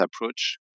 approach